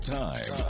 time